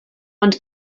ond